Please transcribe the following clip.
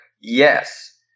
yes